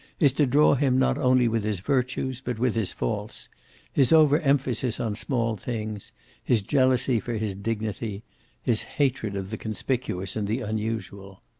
is to draw him not only with his virtues but with his faults his over emphasis on small things his jealousy for his dignity his hatred of the conspicuous and the unusual.